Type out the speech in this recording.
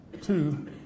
Two